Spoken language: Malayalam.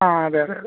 ആ അതെ അതെ അതെ